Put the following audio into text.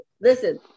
Listen